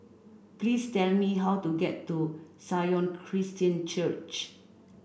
please tell me how to get to Sion Christian Church